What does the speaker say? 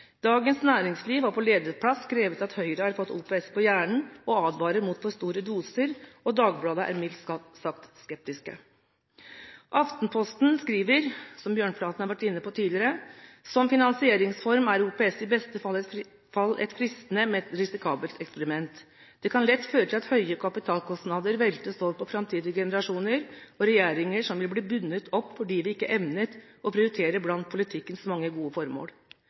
Dagens Næringsliv har på lederplass skrevet at Høyre har fått «OPS på hjernen» og advarer mot for store doser. Dagbladet er mildt sagt skeptiske. Aftenposten skriver, slik Bjørnflaten har vært inne på tidligere: «som finansieringsform er OPS i beste fall et fristende, men et risikabelt eksperiment. Det kan lett føre til at høye kapitalkostnader veltes over på fremtidige generasjoner og regjeringer som vil bli bundet opp fordi vi ikke evnet å prioritere blant politikkens mange gode formål.